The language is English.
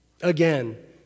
Again